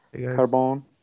Carbon